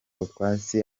utwatsi